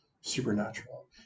supernatural